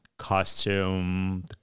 Costume